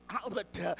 Albert